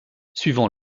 suivant